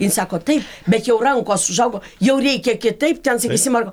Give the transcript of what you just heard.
jin sako taip bet jau rankos užaugo jau reikia kitaip ten sakysim ar